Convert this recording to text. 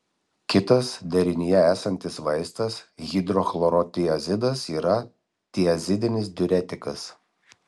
kitas derinyje esantis vaistas hidrochlorotiazidas yra tiazidinis diuretikas